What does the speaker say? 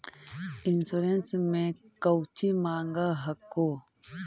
Insurance मे कौची माँग हको?